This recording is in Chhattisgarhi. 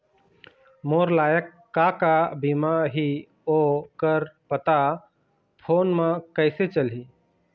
मोर लायक का का बीमा ही ओ कर पता फ़ोन म कइसे चलही?